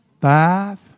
Five